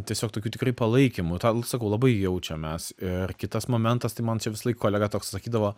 tiesiog tokiu tikrai palaikymu tą sakau labai jaučiam mes ir kitas momentas tai man čia čia visąlaik kolega toks sakydavo